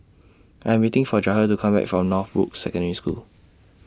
I Am waiting For Jahir to Come Back from Northbrooks Secondary School